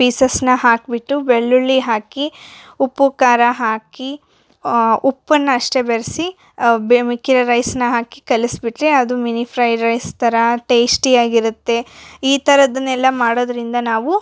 ಪೀಸಸ್ನಾ ಹಾಕ್ಬಿಟ್ಟು ಬೆಳ್ಳುಳ್ಳಿ ಹಾಕಿ ಉಪ್ಪು ಖಾರ ಹಾಕಿ ಆ ಉಪ್ಪನ್ನಷ್ಟೇ ಬೆರೆಸಿ ಮಿಕ್ಕಿರೋ ರೈಸ್ನ ಹಾಕಿ ಕಲಿಸ್ಬಿಟ್ಟರೆ ಅದು ಮಿನಿ ಫ್ರೈಡ್ ರೈಸ್ ಥರಾ ಟೇಸ್ಟಿಯಾಗಿರುತ್ತೆ ಈ ಥರದ್ದನ್ನೆಲ್ಲ ಮಾಡೋದರಿಂದ ನಾವು